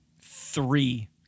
three